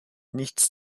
nichts